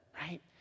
right